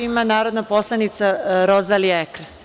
Reč ima narodna poslanica Rozalija Ekres.